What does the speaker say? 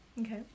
Okay